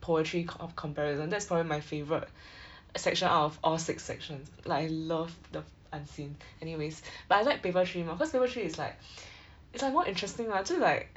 poetry co~ of comparison that's probably my favourite section out of all six sections like I love the unseen anyways but I like paper three more cause paper three is like is like more interesting lah 就 like